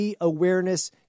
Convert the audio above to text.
awareness